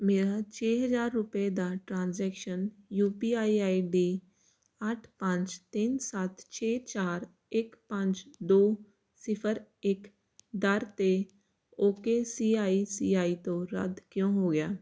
ਮੇਰਾ ਛੇ ਹਜ਼ਾਰ ਰੁਪਏ ਦਾ transaction U P I I D ਅੱਠ ਪੰਜ ਤਿੰਨ ਸੱਤ ਛੇ ਚਾਰ ਇੱਕ ਪੰਜ ਦੋ ਸਿਫਰ ਇੱਕ ਦਰ 'ਤੇ okay C I C I ਤੋਂ ਰੱਦ ਕਿਉ ਹੋ ਗਿਆ